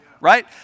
right